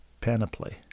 Panoply